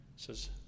says